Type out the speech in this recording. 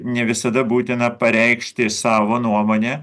ne visada būtina pareikšti savo nuomonę